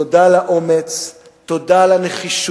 תודה על האומץ, תודה על הנחישות,